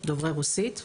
דוברי רוסית.